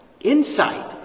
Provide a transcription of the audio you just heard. insight